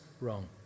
wrong